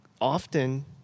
often